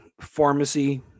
pharmacy